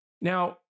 Now